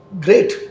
great